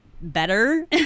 better